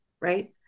Right